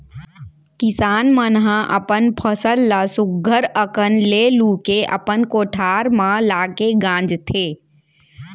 किसान मन ह अपन फसल ल सुग्घर अकन ले लू के अपन कोठार म लाके गांजथें